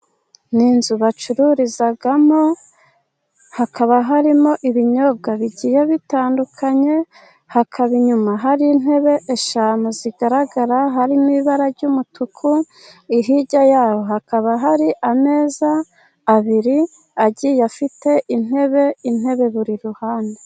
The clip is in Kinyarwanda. Ni inzu bacururizamo, hakaba harimo ibinyobwa bigiye bitandukanye. Hakaba inyuma hari intebe eshanu zigaragara, harimo ibara ry’umutuku. Hirya y’aho, hakaba hari ameza abiri, agiye afite intebe, intebe buri ruhande.